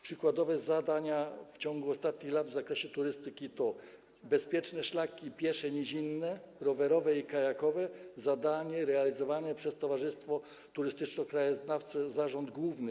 Przykładowe zadania w ciągu ostatnich lat w zakresie turystyki to: Bezpieczne szlaki piesze nizinne, rowerowe i kajakowe - zadanie realizowane przez Polskie Towarzystwo Turystyczno-Krajoznawcze Zarząd Główny.